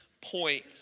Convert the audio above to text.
point